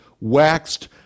waxed